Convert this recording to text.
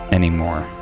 anymore